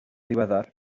ddiweddar